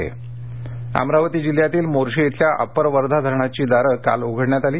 upper Wardha Amravati जिल्ह्यातील मोर्शी इथल्या upper Wardha धरणाची दारं काल उघडण्यात आली